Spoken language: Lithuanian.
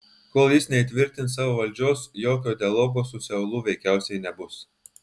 kol jis neįtvirtins savo valdžios jokio dialogo su seulu veikiausiai nebus